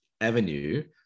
avenue